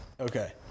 Okay